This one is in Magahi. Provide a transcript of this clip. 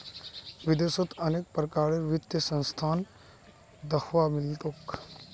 विदेशत अनेक प्रकारेर वित्तीय संस्थान दख्वा मिल तोक